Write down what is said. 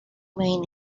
main